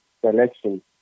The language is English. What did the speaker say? selection